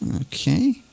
Okay